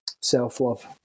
self-love